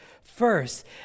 first